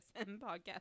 podcast